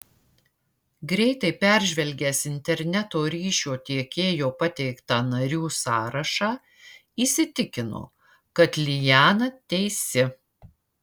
greitai peržvelgęs interneto ryšio tiekėjo pateiktą narių sąrašą įsitikino kad liana teisi